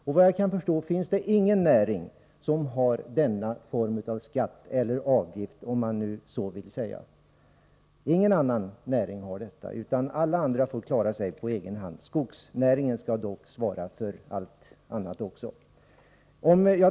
Såvitt jag kan förstå finns det ingen annan näring som har denna form av skatt eller avgift. Alla andra får klara sig på egen hand. Skogsnäringen skall dock svara för mycket annat också.